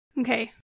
Okay